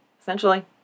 Essentially